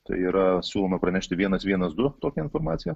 tai yra siūlome pranešti vienas vienas du tokią informaciją